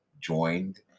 joined